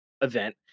event